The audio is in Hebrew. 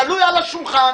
גלוי על השולחן,